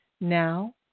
now